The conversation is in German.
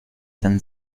dann